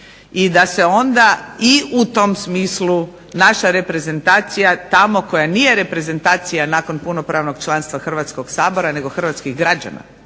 i da se o nda i u tom smislu naša reprezentacija tamo koja nije reprezentacija nakon punopravnog članstva Hrvatskog sabora nego hrvatskih građana